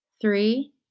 three